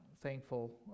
thankful